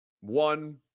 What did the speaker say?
one